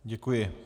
Děkuji.